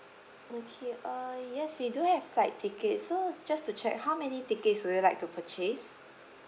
okay uh yes we do have flight tickets so just to check how many tickets would you like to purchase